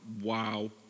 wow